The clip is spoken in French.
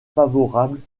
favorables